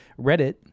Reddit